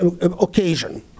occasion